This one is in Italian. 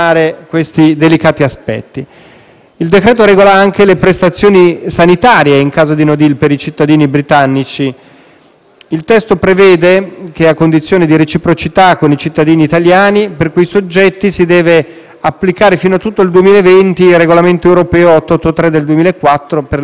in discussione regola anche le prestazioni sanitarie in caso di *no deal* per i cittadini britannici. Il testo prevede che, a condizione di reciprocità con i cittadini italiani, per quei soggetti si deve applicare fino a tutto il 2020 il regolamento europeo n. 883 del 2004 per le prestazioni sanitarie e sociali.